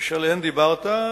שעליהן דיברת.